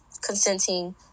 consenting